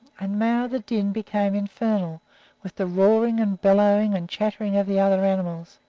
and now the din became infernal with the roaring and bellowing and chattering of the other animals.